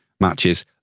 matches